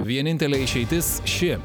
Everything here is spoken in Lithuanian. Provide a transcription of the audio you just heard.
vienintelė išeitis ši